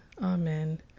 amen